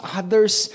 others